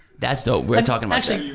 that's dope. we're talking